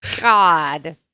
God